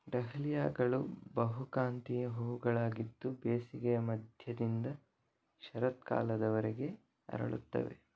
ಡಹ್ಲಿಯಾಗಳು ಬಹುಕಾಂತೀಯ ಹೂವುಗಳಾಗಿದ್ದು ಬೇಸಿಗೆಯ ಮಧ್ಯದಿಂದ ಶರತ್ಕಾಲದವರೆಗೆ ಅರಳುತ್ತವೆ